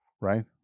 Right